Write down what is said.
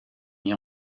mit